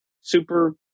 super